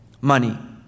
money